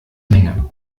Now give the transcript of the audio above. menge